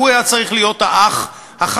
הלוא הוא היה צריך להיות האח החכם,